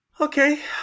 Okay